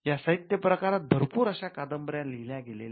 या साहित्य प्रकारात भरपूर अशा कादंबऱ्या लिहिल्या गेलेल्या आहेत